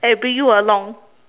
and bring you along